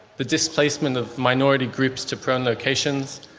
the displacement of minority groups to prone locations,